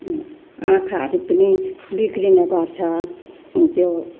आँखाहरू पनि बिग्रिने गर्छ त्यो